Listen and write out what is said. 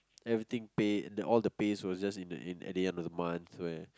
everything pay all the pays were just in the at the end of the month where